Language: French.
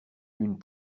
une